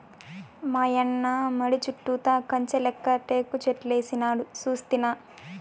మాయన్న మడి చుట్టూతా కంచెలెక్క టేకుచెట్లేసినాడు సూస్తినా